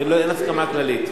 אין הסכמה כללית.